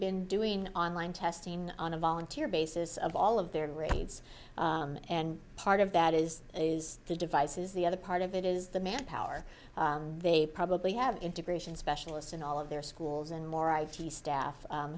been doing online testing on a volunteer basis of all of their grades and part of that is is the devices the other part of it is the manpower they probably have integration specialists in all of their schools and more i v staff